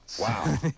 Wow